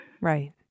Right